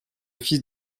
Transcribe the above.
fils